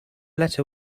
letter